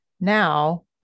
Now